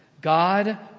God